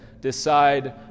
decide